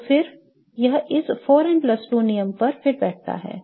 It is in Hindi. तो फिर यह इस 4n 2 नियम पर फिट बैठता है